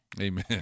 Amen